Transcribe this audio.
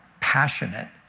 passionate